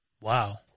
Wow